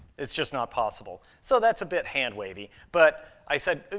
it's just not possible. so that's a bit hand-wave-y. but i said, mm,